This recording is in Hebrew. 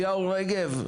אליהו רגב,